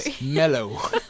mellow